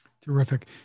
Terrific